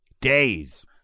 Days